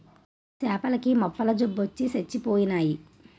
సేపల కి మొప్పల జబ్బొచ్చి సచ్చిపోయినాయి